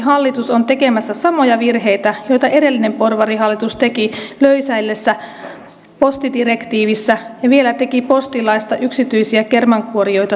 porvarihallitus on tekemässä samoja virheitä joita edellinen porvarihallitus teki löysäillessään postidirektiivissä ja vielä tehdessään postiasetuksesta yksityisiä kermankuorijoita suosivan